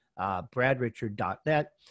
bradrichard.net